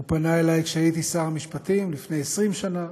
הוא פנה אלי כשהייתי שר המשפטים לפני 20 שנה,